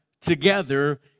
together